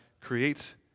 creates